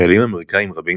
חיילים אמריקאים רבים